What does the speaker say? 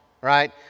right